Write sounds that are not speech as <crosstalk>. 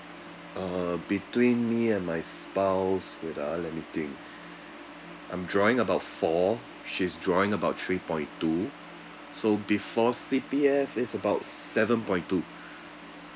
uh between me and my spouse wait ah let me think I'm drawing about four she's drawing about three point two so before C_P_F it's about seven point two <breath>